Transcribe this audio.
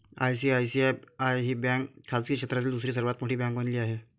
ICICI ही bank खाजगी क्षेत्रातील दुसरी सर्वात मोठी बँक बनली आहे